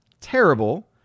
terrible